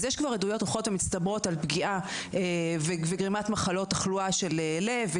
אז יש כבר עדויות הולכות ומצטברות על פגיעה וגרימת מחלות תחלואה של לב,